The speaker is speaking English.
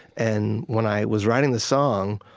and when i was writing the song,